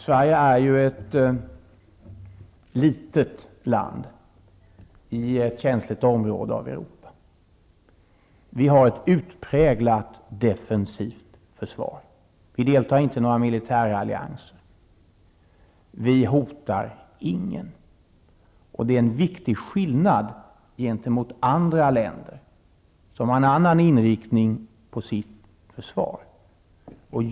Sverige är ju ett litet land i ett känsligt område av Europa. Vi har ett utpräglat defensivt försvar. Vi deltar inte i några militärallianser. Vi hotar ingen -- det är en viktig skillnad gentemot länder som har en annan inriktning på sitt försvar.